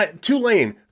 Tulane